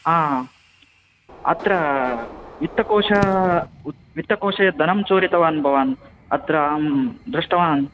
आ अत्र वित्तकोश वित्तकोशे यत् धनं चोरितवान् भवान् अत्र अहं दृष्टवान्